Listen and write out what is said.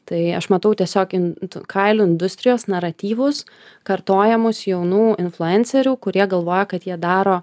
tai aš matau tiesiog ind kailių industrijos naratyvus kartojamus jaunų influencerių kurie galvoja kad jie daro